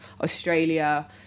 Australia